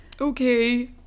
okay